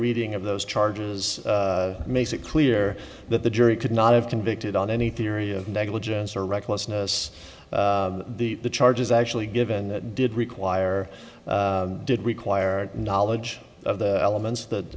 reading of those charges makes it clear that the jury could not have convicted on any theory of negligence or recklessness the charges actually given that did require did require knowledge of the elements